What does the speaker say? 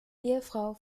ehefrau